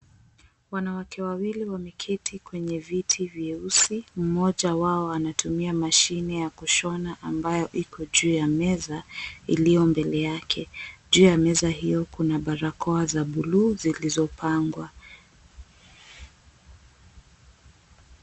Wanawake wawili wameketi kwenye viti vieusi. Mmoja wao anatumia mashini ya kushona ambayo iko juu ya meza iliyo mbele yake. Juu ya meza hiyo kuna barakoa za buluu zilizopangwa.